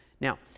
Now